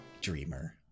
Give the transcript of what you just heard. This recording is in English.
Dreamer